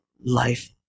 life